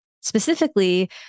specifically